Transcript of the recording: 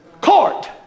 court